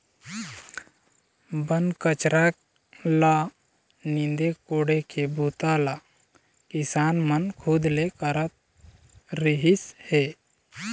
बन कचरा ल नींदे कोड़े के बूता ल किसान मन खुद ले करत रिहिस हे